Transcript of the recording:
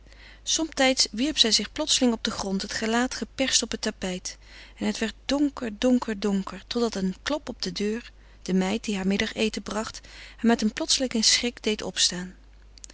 somtijds wierp zij zich plotseling op den grond het gelaat geperst op het tapijt en het werd donker donker donker totdat een klop op de deur de meid die heur middageten bracht haar met een plotselingen schrik deed opstaan